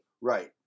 Right